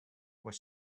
were